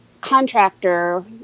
contractor